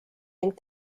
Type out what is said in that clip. ning